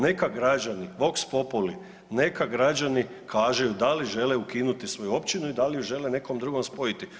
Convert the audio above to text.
Neka građani vox populi neka građani kažu da li žele ukinuti svoju općinu i da li ju žele nekom drugom spojiti.